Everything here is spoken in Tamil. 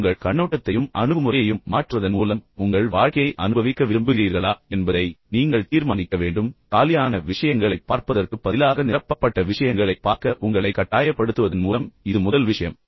எனவே உங்கள் கண்ணோட்டத்தையும் அணுகுமுறையையும் மாற்றுவதன் மூலம் உங்கள் வாழ்க்கையை அனுபவிக்க விரும்புகிறீர்களா என்பதை நீங்கள் தீர்மானிக்க வேண்டும் காலியான விஷயங்களைப் பார்ப்பதற்குப் பதிலாக நிரப்பப்பட்ட விஷயங்களைப் பார்க்க உங்களை கட்டாயப்படுத்துவதன் மூலம் இது முதல் விஷயம்